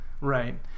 Right